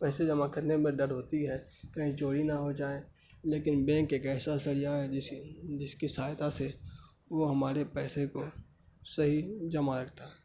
پیسے جمع کرنے میں ڈر ہوتی ہے کہیں چوری نہ ہو جائے لیکن بینک ایک ایسا ذریعہ ہے جسے جس کی سہایتہ سے وہ ہمارے پیسے کو صحیح جمع رکھتا